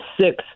six